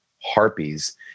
Harpies